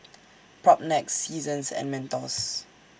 Propnex Seasons and Mentos